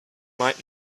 might